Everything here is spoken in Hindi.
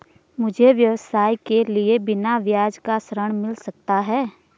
मुझे व्यवसाय के लिए बिना ब्याज का ऋण मिल सकता है?